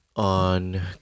On